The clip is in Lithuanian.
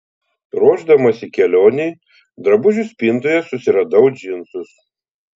ruošdamasi kelionei drabužių spintoje susiradau džinsus